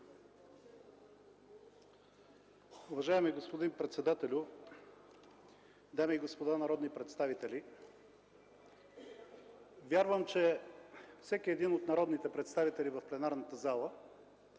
Уважаеми господин председател, дами и господа народни представители! Вярвам, че всеки един от народните представители в пленарната зала